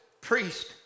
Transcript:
priest